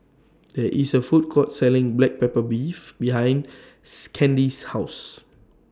There IS A Food Court Selling Black Pepper Beef behind Candi's House